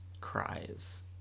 cries